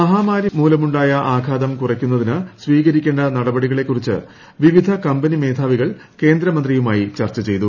മഹാമാരി മൂലമുണ്ടായ ആഘാതം കുറയ്ക്കുന്നതിന് സ്വീകരിക്കേണ്ട നടപടികളെക്കുറിച്ച് വിവിധ കമ്പനി മേധാവികൾ കേന്ദ്ര മന്ത്രിയുമായി ചർച്ച ചെയ്തു